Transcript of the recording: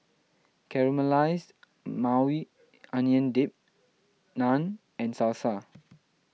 Caramelized Maui Onion Dip Naan and Salsa